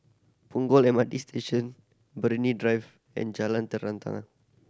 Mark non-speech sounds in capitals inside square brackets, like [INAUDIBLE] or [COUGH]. Punggol M R T Station [UNINTELLIGIBLE] Drive and Jalan Terentang